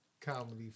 comedy